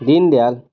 Deen Dayal